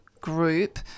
group